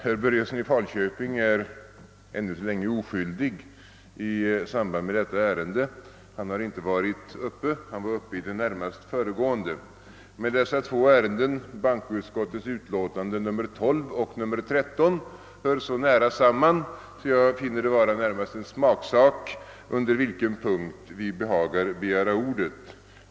Herr Börjesson i Falköping är ännu så länge oskyldig i samband med detta ärende, eftersom han inte tagit till or da; han yttrade sig i närmast föregående ärende. Men dessa båda ärenden, bankoutskottets utlåtanden nr 12 och 13, hör så nära samman att jag finner det vara närmast en smaksak under vilken punkt vi behagar begära ordet.